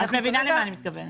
--- את מבינה למה אני מתכוונת.